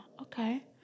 Okay